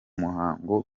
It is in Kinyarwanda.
muhango